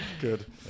Good